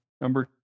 Number